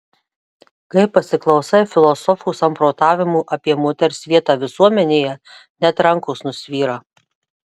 kai pasiklausai filosofų samprotavimų apie moters vietą visuomenėje net rankos nusvyra